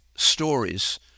stories